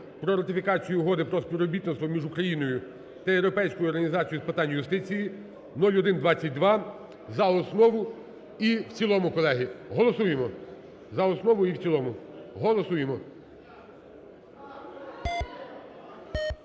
про ратифікацію Угоди про співробітництво між Україною та Європейською організацією з питань юстиції (0122) за основу і в цілому. Колеги, голосуємо за основу і в цілому, голосуємо.